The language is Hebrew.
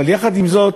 אבל יחד עם זאת,